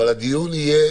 הדיון יהיה